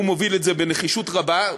הוא מוביל את זה בנחישות רבה.